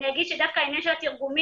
אני אגיד שדווקא העניין של התרגומים,